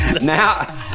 Now